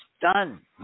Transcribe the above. done